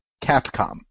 Capcom